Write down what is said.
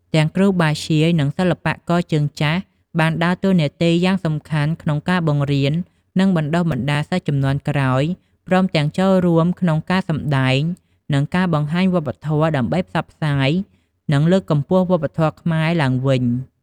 ទាំងគ្រូបាធ្យាយ និងសិល្បករជើងចាស់ បានដើរតួនាទីយ៉ាងសំខាន់ក្នុងការបង្រៀន និងបណ្តុះបណ្តាលសិស្សជំនាន់ក្រោយ ព្រមទាំងចូលរួមក្នុងការសម្តែង និងការបង្ហាញវប្បធម៌ ដើម្បីផ្សព្វផ្សាយ និងលើកកម្ពស់វប្បធម៌ខ្មែរឡើងវិញ។